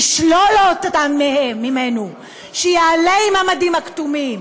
לשלול אותן ממנו: שיעלה עם המדים הכתומים,